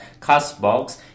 CastBox